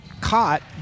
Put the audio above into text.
caught